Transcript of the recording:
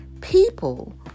People